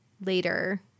later